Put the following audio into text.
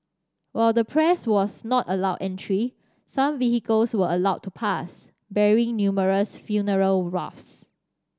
while the press was not allowed entry some vehicles were allowed to pass bearing numerous funeral wreaths